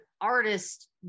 artist